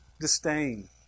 disdain